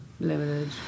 limited